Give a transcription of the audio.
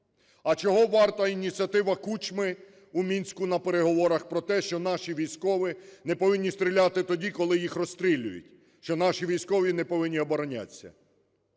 А чого варта ініціатива Кучми у Мінську на переговорах про те, що наші військові не повинні стріляти тоді, коли їх розстрілюють, що наші військові не повинні оборонятись?